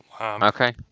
Okay